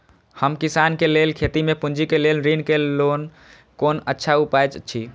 हम किसानके लेल खेती में पुंजी के लेल ऋण के लेल कोन अच्छा उपाय अछि?